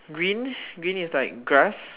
green green is like grass